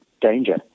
danger